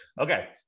Okay